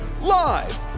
live